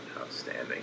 Outstanding